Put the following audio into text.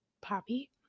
Poppy